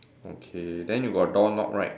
okay then you got doorknob right